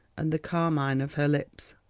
and the carmine of her lips.